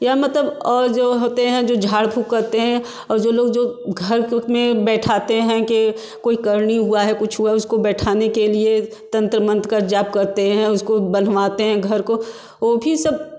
या मतलब और जो होते हैं जो झाड़ फूँक करते हैं और जो लोग जो घर के उस में बैठाते हैं कि कोई करनी हुआ है कुछ हुआ उसको बैठाने के लिए तंत्र मंत्र का जाप करते हैं उसको बँधवाते हैं घर को वो भी सब